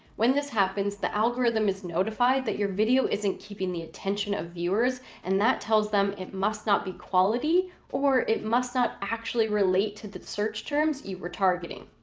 when this happens, the algorithm is notified that your video isn't keeping the attention of viewers and that tells them it must not be quality or it must not actually relate to the search terms you were targeting.